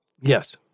Yes